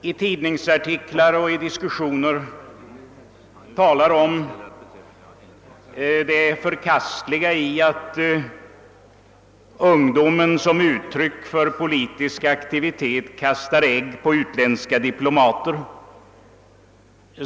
I tidningsartiklar och diskussioner talas det också om det förkastliga i att ungdomen, som uttryck för politisk aklivitet, kastar ägg på utländska diplomater.